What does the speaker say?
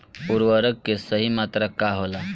उर्वरक के सही मात्रा का होला?